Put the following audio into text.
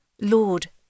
Lord